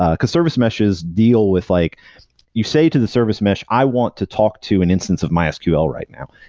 ah because service meshes deal with like you say to the service mesh, i want to talk to an instance of mysql right now.